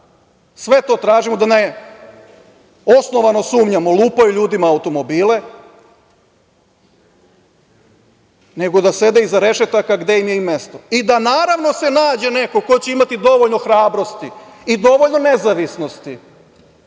Sve to tražimo, a ne da osnovano sumnjamo da lupaju ljudima automobile, nego da sede iza rešetaka gde im je i mesto i naravno da se nađe neko ko će imati dovoljno hrabrosti i dovoljno nezavisnosti